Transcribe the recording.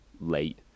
late